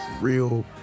real